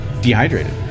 dehydrated